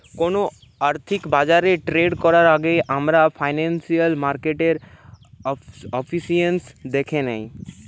কোনো আর্থিক বাজারে ট্রেড করার আগেই আমরা ফিনান্সিয়াল মার্কেটের এফিসিয়েন্সি দ্যাখে নেয়